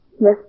Yes